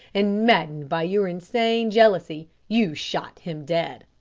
and maddened by your insane jealousy, you shot him dead.